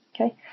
Okay